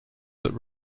that